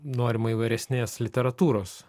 norima įvairesnės literatūros